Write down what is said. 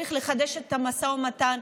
צריך לחדש את המשא ומתן,